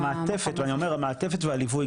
המעטפת ואני אומר המעטפת והליווי,